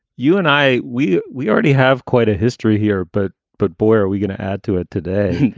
you and i, we we already have quite a history here. but but boy, are we going to add to it today.